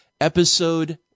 Episode